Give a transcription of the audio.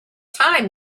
time